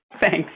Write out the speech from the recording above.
Thanks